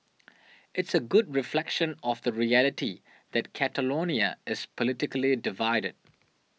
it's a good reflection of the reality that Catalonia is politically divided